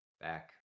Back